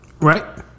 Right